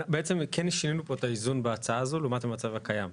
בעצם כן שינינו פה את האיזון בהצעה הזאת לעומת המצב הקיים,